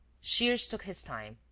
shears took his time,